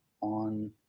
on